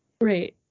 Right